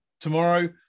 tomorrow